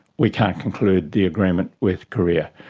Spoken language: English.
we can't conclude the agreement with korea.